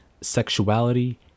sexuality